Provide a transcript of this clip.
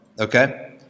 okay